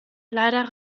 leider